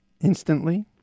instantly